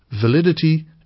validity